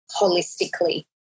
holistically